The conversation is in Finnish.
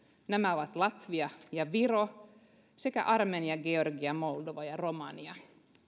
nämä ovat latvia ja viro sekä armenia georgia moldova ja romania